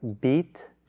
beat